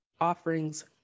offerings